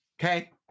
Okay